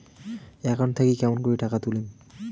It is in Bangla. একাউন্ট থাকি কেমন করি টাকা তুলিম?